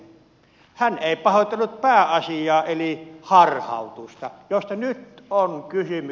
hän ei pahoitellut pääasiaa eli harhautusta josta nyt on kysymys